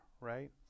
right